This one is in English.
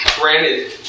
granted